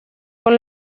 con